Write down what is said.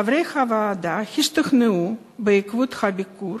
חברי הוועדה השתכנעו בעקבות הביקור